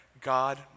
God